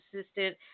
assistant